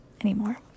anymore